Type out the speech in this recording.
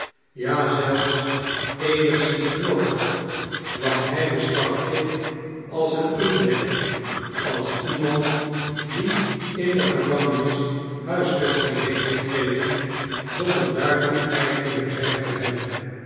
ja zelfs eenigszins knorrig want hij beschouwt kit als een indringer als iemand die in de gevangenis huisvesting heeft gekregen zonder daartoe eigenlijk recht te hebben